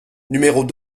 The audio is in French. numéros